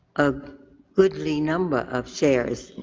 a goodly number of shares.